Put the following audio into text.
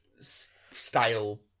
style